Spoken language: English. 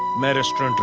minister? and